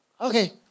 okay